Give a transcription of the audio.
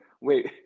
Wait